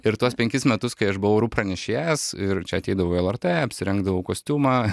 ir tuos penkis metus kai aš buvau orų pranešėjas ir čia ateidavau į lrt apsirengdavau kostiumą